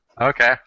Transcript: Okay